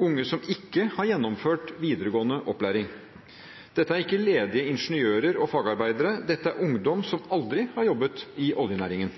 unge som ikke har gjennomført videregående opplæring. Dette er ikke ledige ingeniører og fagarbeidere, dette er ungdom som aldri har jobbet i oljenæringen.